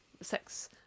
sex